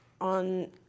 on